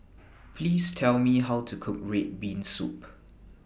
Please Tell Me How to Cook Red Bean Soup